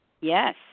Yes